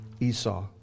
Esau